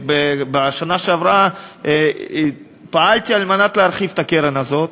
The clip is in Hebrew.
בשנה שעברה פעלתי על מנת להרחיב את הקרן הזאת,